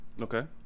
Okay